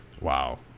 Wow